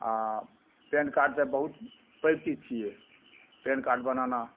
आओर पेनकार्ड तऽ बहुत पैघ चीज छियै पेनकार्ड बनाना